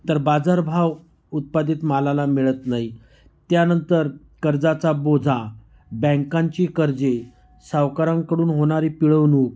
तर बाजारभाव उत्पादित मालाला मिळत नाही त्यानंतर कर्जाचा बोझा बँकांची कर्जे सावकारांकडून होणारी पिळवणूक